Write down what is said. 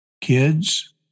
kids